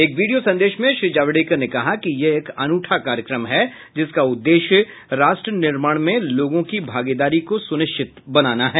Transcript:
एक वीडियो संदेश में श्री जावडेकर ने कहा कि यह एक अनूठा कार्यक्रम है जिसका उद्देश्य राष्ट्र निर्माण में लोगों की भागीदारी को सुनिश्चित बनाना है